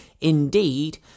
indeed